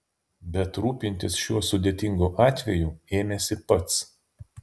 bet rūpintis šiuo sudėtingu atveju ėmėsi pats